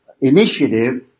initiative